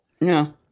no